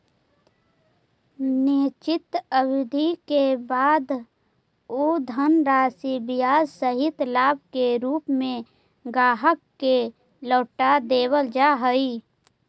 निश्चित अवधि के बाद उ धनराशि ब्याज सहित लाभ के रूप में ग्राहक के लौटा देवल जा हई